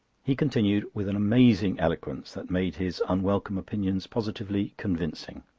he continued, with an amazing eloquence that made his unwelcome opinions positively convincing